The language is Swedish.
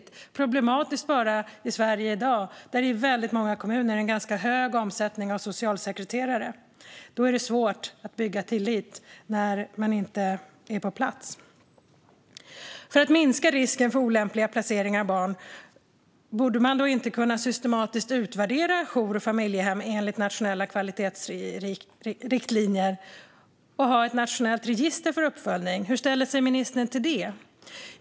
Det är dock problematiskt i Sverige i dag, där väldigt många kommuner har en ganska hög omsättning av socialsekreterare. Det är svårt att bygga tillit när man inte är på plats. Borde man inte kunna systematiskt utvärdera jour och familjehem enligt nationella kvalitetsriktlinjer samt ha ett nationellt register för uppföljning för att minska risken för olämpliga placeringar av barn? Hur ställer sig ministern till det?